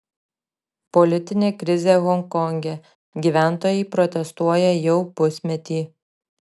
politinė krizė honkonge gyventojai protestuoja jau pusmetį